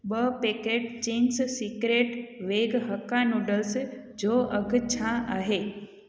ॿ packet Ching's Secret veg Hakka noodles जो अघु छा आहे